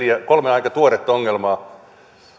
kolme aika tuoretta ongelmaa